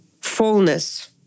fullness